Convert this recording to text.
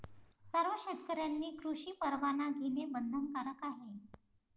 सर्व शेतकऱ्यांनी कृषी परवाना घेणे बंधनकारक आहे